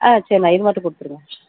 ஆ சரிண்ணா இது மட்டும் கொடுத்துருங்க